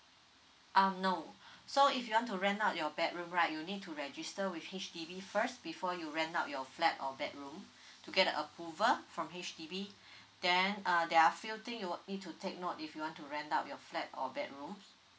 uh no so if you want to rent out your bedroom right you need to register with H_D_B first before you rent out your flat or bedroom to get a approval from H_D_B then uh there are few thing you need to take note if you want to rent out your flat or bedroom